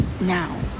now